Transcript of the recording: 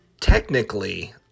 technically